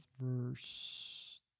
verse